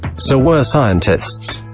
so were scientists.